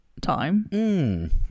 time